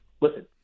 Listen